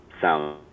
sound